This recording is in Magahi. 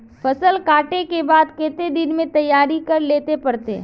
फसल कांटे के बाद कते दिन में तैयारी कर लेले पड़ते?